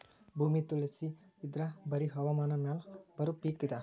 ಭೂಮಿ ತಳಸಿ ಇದ್ರ ಬರಿ ಹವಾಮಾನ ಮ್ಯಾಲ ಬರು ಪಿಕ್ ಇದ